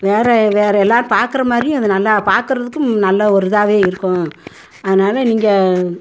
வேறு வேறு எல்லாரும் பார்க்கறமாரியும் அது நல்லா பார்க்கறதுக்கும் நல்ல ஒரு இதாகவே இருக்கும் அதனால் நீங்கள்